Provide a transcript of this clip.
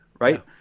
right